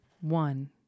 one